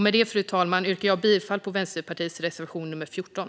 Med detta, fru talman, yrkar jag bifall på Vänsterpartiets reservation 14.